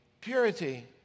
purity